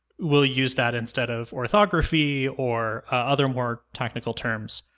will use that instead of orthography or other more technical terms,